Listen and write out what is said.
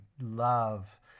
love